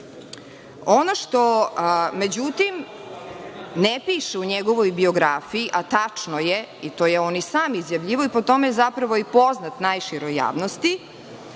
što, međutim, ne piše u njegovoj biografiji, a tačno je i to je on i sam izjavljivao i po tome je zapravo i poznat najširoj javnosti,